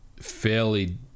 fairly